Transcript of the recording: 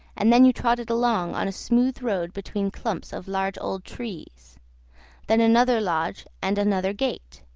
and then you trotted along on a smooth road between clumps of large old trees then another lodge and another gate,